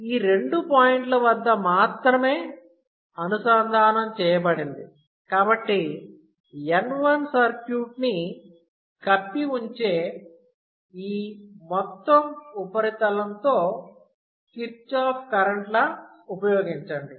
ఈ రెండు పాయింట్ల వద్ద మాత్రమే అనుసంధానం చేయబడింది కాబట్టి N1 సర్క్యూట్ ని కప్పి ఉంచే ఈ మొత్తం ఉపరితలంతో కిర్చాఫ్ కరెంట్ లా ఉపయోగించండి